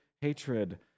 hatred